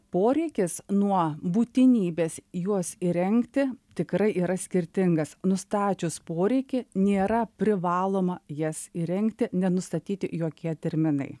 poreikis nuo būtinybės juos įrengti tikrai yra skirtingas nustačius poreikį nėra privaloma jas įrengti nenustatyti jokie terminai